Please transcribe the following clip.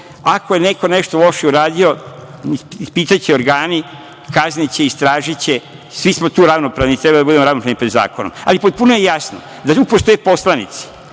Ako je neko nešto loše uradio, ispitaće organi, kazniće ih, istražiće, svi smo tu ravnopravni, treba da budemo ravnopravni pred zakonom. Ali, potpuno je jasno da tu postoje poslanici